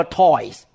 toys